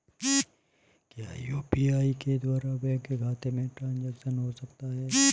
क्या यू.पी.आई के द्वारा बैंक खाते में ट्रैन्ज़ैक्शन हो सकता है?